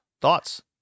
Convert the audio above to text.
thoughts